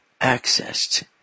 accessed